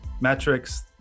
metrics